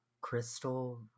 crystal